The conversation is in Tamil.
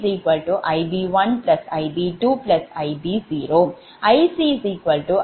IbIb1 Ib2 Ib0 IcIc1 Ic2 Ic0